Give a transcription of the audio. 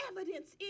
Evidence